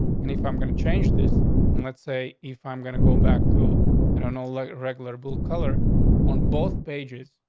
and if i'm gonna change this and let's say if i'm gonna go back toe, i don't know, like, regular herbal color on both pages,